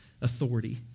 authority